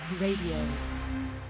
Radio